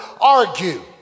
argue